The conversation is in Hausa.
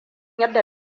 yadda